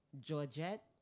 Georgette